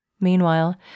Meanwhile